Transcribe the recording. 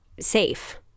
safe